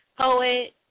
poet